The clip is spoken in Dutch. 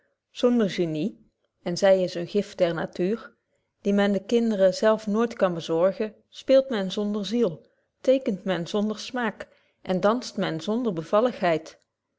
zonder genie en zy is eene gift der natuur die men den kinderen zelf nooit kan bezorgen speelt men zonder ziel tekend men zonder smaak en danst men zonder bevalligheid